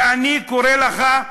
ואני קורא לך: